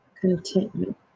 Contentment